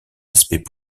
aspects